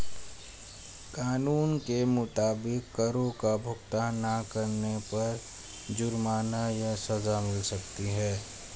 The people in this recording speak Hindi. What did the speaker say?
कानून के मुताबिक, करो का भुगतान ना करने पर जुर्माना या सज़ा मिल सकती है